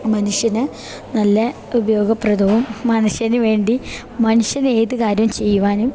മനുഷ്യന് നല്ല ഉപയോഗപ്രദവും മനുഷ്യനുവേണ്ടി മനുഷ്യൻ ഏതു കാര്യം ചെയ്യുവാനും